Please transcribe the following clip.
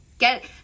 get